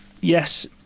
yes